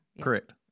Correct